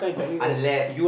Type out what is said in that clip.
unless